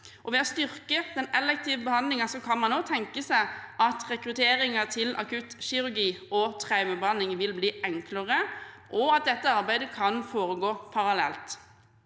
Ved å styrke den elektive behandlingen kan man tenke seg at rekrutteringen til akuttkirurgi og traumebehandling vil bli enklere, og at dette arbeidet kan foregå parallelt.